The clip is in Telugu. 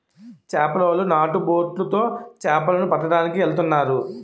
చేపలోలు నాటు బొట్లు తో చేపల ను పట్టడానికి ఎల్తన్నారు